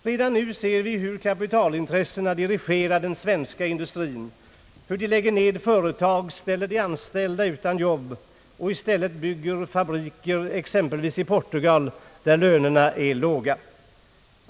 Redan nu ser vi hur kapitalintressena dirigerar den svenska industrin, hur de lägger ned företag, ställer de anställda utan jobb och i stället bygger fabriker i exempelvis Portugal, där lönerna är låga.